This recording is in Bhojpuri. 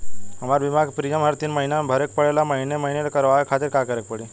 हमार बीमा के प्रीमियम हर तीन महिना में भरे के पड़ेला महीने महीने करवाए खातिर का करे के पड़ी?